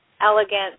elegant